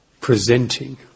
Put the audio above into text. presenting